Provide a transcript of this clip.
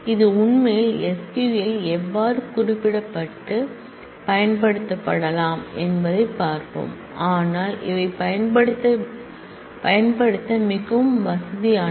இது உண்மையில் SQL இல் எவ்வாறு குறியிடப்பட்டு பயன்படுத்தப்படலாம் என்பதைப் பார்ப்போம் ஆனால் இவை பயன்படுத்த மிகவும் வசதியானவை